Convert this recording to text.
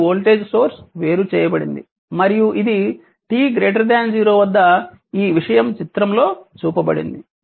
మరియు voltage source వేరు చేయబడింది మరియు ఇది t 0 వద్ద ఈ విషయం చిత్రంలో చూపబడింది